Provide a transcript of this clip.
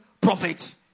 prophets